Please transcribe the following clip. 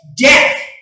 death